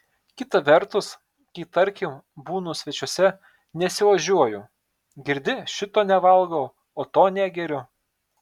kita vertus kai tarkim būnu svečiuose nesiožiuoju girdi šito nevalgau o to negeriu